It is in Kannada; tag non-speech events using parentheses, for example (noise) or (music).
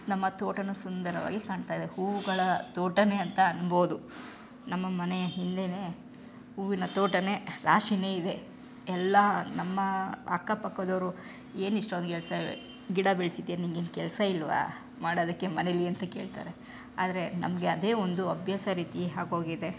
ನಮ್ಮ ತೋಟವೂ ಸುಂದರವಾಗಿ ಕಾಣ್ತದೆ ಹೂವುಗಳ ತೋಟವೇ ಅಂತ ಅನ್ಬೋದು ನಮ್ಮ ಮನೆಯ ಹಿಂದೇಯೇ ಹೂವಿನ ತೋಟನೇ ರಾಶಿಯೇ ಇದೆ ಎಲ್ಲ ನಮ್ಮ ಅಕ್ಕಪಕ್ಕದೋರು ಏನಿಷ್ಟೊಂದು (unintelligible) ಗಿಡ ಬೆಳ್ಸಿದ್ದೀರಿ ನಿಮ್ಗೇನು ಕೆಲಸ ಇಲ್ವ ಮಾಡೋದಕ್ಕೆ ಮನೇಲಿ ಅಂತ ಕೇಳ್ತಾರೆ ಆದರೆ ನಮಗೆ ಅದೇ ಒಂದು ಅಭ್ಯಾಸ ರೀತಿ ಹಾಗೆ ಹೋಗಿದೆ